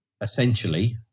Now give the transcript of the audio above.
essentially